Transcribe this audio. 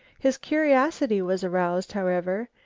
his curiosity was aroused, however,